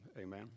amen